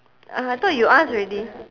uh I thought you ask already